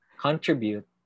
contribute